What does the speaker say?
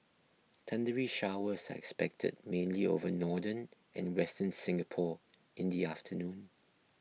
thundery showers are expected mainly over northern and western Singapore in the afternoon